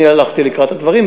אני הלכתי לקראת הדברים,